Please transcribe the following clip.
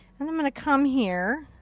and i'm gonna come here.